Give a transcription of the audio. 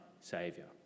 Saviour